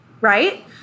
Right